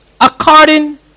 According